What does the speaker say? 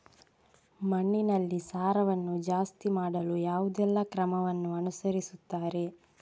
ಮಣ್ಣಿನಲ್ಲಿ ಸಾರವನ್ನು ಜಾಸ್ತಿ ಮಾಡಲು ಯಾವುದೆಲ್ಲ ಕ್ರಮವನ್ನು ಅನುಸರಿಸುತ್ತಾರೆ